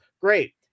Great